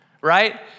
Right